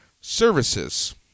services